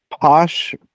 Posh